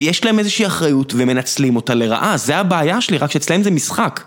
יש להם איזושהי אחריות ומנצלים אותה לרעה, זה הבעיה שלי. רק שאצלם זה משחק.